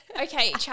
Okay